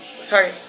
sorry